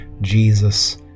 Jesus